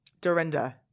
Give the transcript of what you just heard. Dorinda